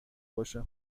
باشه